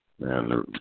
Man